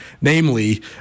namely